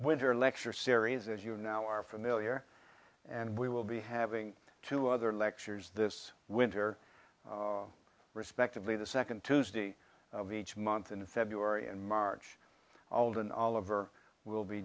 winter lecture series as you now are familiar and we will be having two other lectures this winter respectively the second tuesday of each month in february and march aldrin all over will be